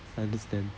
I understand